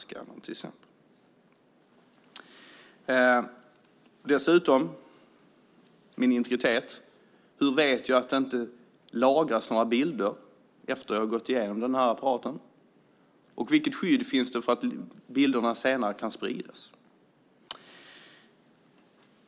Dessutom är det fråga om min integritet: Hur vet jag att det inte lagras några bilder efter det att jag har gått igenom apparaten? Vilket skydd finns det för att bilderna senare inte kan spridas?